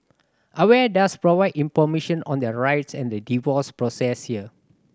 aware does provide information on their rights and the divorce process here